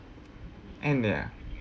and ya